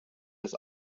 das